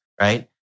right